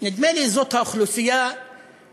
נדמה לי שזאת האוכלוסייה שמתייחסים